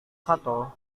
sato